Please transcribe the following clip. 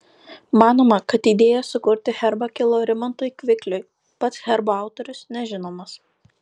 manoma kad idėja sukurti herbą kilo rimantui kvikliui pats herbo autorius nežinomas